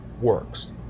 works